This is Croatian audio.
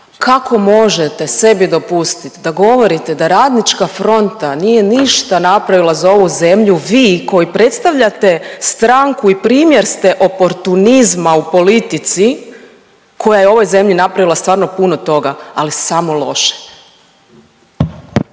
kako možete sebi dopustit da govorite da Radnička fronta nije ništa napravila za ovu zemlju, vi koji predstavljate stranku i primjer ste oportunizma u politici koja je u ovoj zemlji napravila stvarno puno toga, ali samo loše.